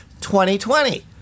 2020